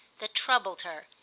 that troubled her,